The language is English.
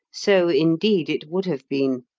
so, indeed, it would have been.